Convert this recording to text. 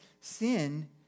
sin